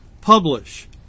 publish